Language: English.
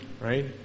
right